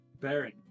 Baron